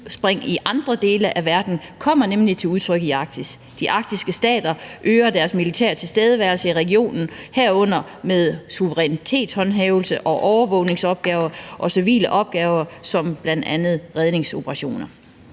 udspring i andre dele af verden kommer nemlig til udtryk i Arktis. De arktiske stater øger deres militære tilstedeværelse i regionen, herunder med suverænitetshåndhævelse og overvågningsopgaver og civile opgaver som bl.a. redningsoperationer.